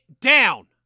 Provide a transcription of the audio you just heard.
down